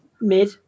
mid